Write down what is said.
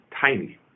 tiny